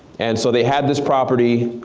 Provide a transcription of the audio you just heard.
and so they had this property.